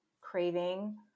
craving